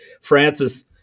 Francis